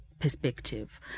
perspective